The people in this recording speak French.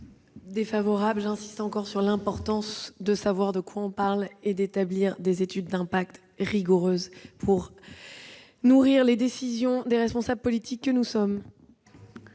défavorable. J'insiste encore une fois sur l'importance de savoir de quoi on parle et d'établir des études d'impact rigoureuses pour nourrir les décisions des responsables politiques que nous sommes.